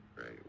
right